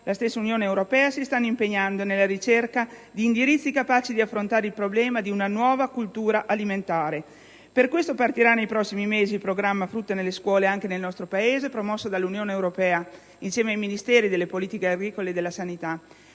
la stessa Unione europea si stanno impegnando nella ricerca di indirizzi capaci di affrontare il problema di una nuova cultura alimentare. Per questo, partirà nei prossimi mesi il programma «frutta nelle scuole» anche nel nostro Paese, promosso dall'Unione europea insieme ai Ministeri delle politiche agricole e della sanità,